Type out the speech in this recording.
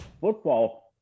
football